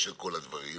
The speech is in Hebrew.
ויש הבחנה ואפליה